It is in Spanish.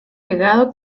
legado